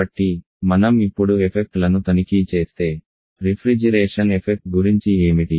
కాబట్టి మనం ఇప్పుడు ఎఫెక్ట్ లను తనిఖీ చేస్తే రిఫ్రిజిరేషన్ ఎఫెక్ట్ గురించి ఏమిటి